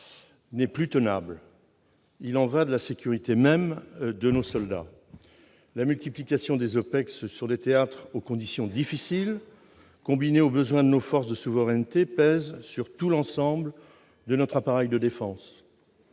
n'est plus tenable. Il y va de la sécurité même de nos soldats. La multiplication des OPEX sur des théâtres où les conditions sont difficiles, combinée aux besoins de nos forces de souveraineté, pèse sur l'ensemble de notre appareil de défense.